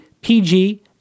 PG